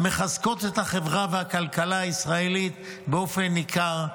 המחזקות את החברה הישראלית והכלכלה הישראלית באופן ניכר,